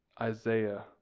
Isaiah